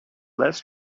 less